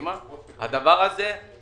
והגענו לחמש שנים ושזה לא יחול